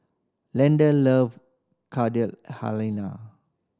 Leda love Carrot Halina